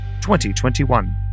2021